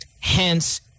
hence